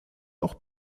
auch